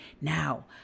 Now